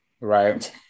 Right